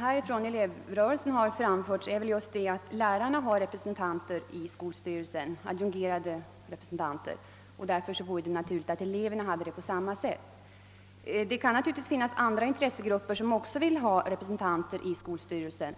Herr talman! Vad man närmast påtalat från elevrörelsen är att eftersom lärarna har adjungerade representanter i skolstyrelsen vore det naturligt att eleverna hade en motsvarande representation. Det kan naturligtvis också finnas andra grupper som vill ha representanter i skolstyrelsen.